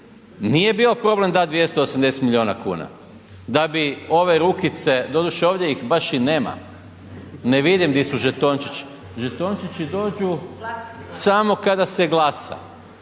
nije bio problem dati 280 milijuna kuna da bi ove rukice, doduše ovdje ih baš i nema, ne vidim di su žetončići. Žetončići dođu samo kada se glasa,